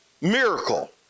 miracle